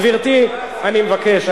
גברתי, אני מבקש.